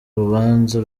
rubanza